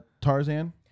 Tarzan